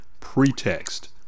pretext